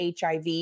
HIV